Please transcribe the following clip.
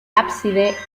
ábside